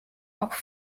auch